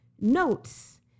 notes